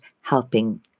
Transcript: helping